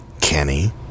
Kenny